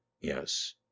Yes